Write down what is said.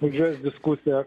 užvest diskusiją